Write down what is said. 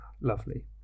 lovely